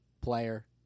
player